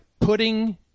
putting